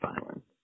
violence